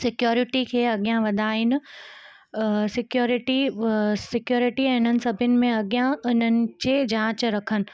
security खे अॻियां वधाइनि सिक्यॉरिटी सिक्यॉरिटी ऐं हिननि सभीनि में अॻियां हिननि जे जाच रखनि